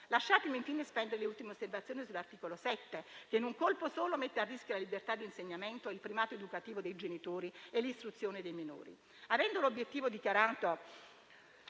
Lasciatemi infine spendere le ultime osservazioni sull'articolo 7, che in un colpo solo mette a rischio la libertà di insegnamento, il primato educativo dei genitori e l'istruzione dei minori.